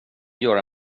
göra